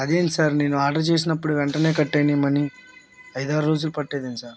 ఆదేమి sir నేను order చేసినప్పుడు వెంటనే కట్ అయినాయి మనీ ఐదు ఆరు రోజులు పట్టేదేంటి సార్